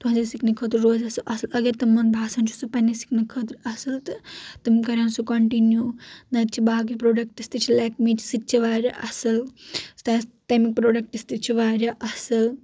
تُہنزِ سکنہٕ خٲطرٕ روزِ سہُ اصل اگر تمن باسان چھ سہُ پننہِ سکنہٕ کٲطرٕ اصل تہٕ تم کرَن سہُ کنٹِنو نتہٕ چھ باقی پروڈکٹس تہِ چھ لیک مے سُہ تہِ چھُ واریاہ آصل سہُ تہِ آسہِ تمیکۍ پروڈکٹس تہِ چھ واریاہ اصل